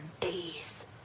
days